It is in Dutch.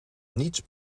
niets